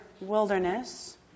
wilderness